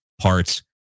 parts